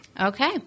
okay